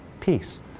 peace